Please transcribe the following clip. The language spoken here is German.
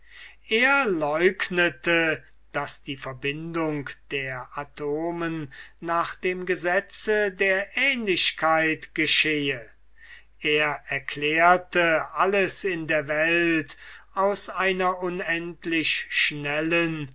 er leugnete daß die verbindung der atomen nach dem gesetze der ähnlichkeit geschehe er erklärte alles in der welt aus einer unendlich schnellen